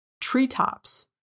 treetops